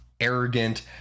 arrogant